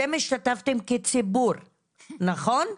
אתם השתתפתם כציבור, נכון?